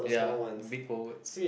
ya big bold words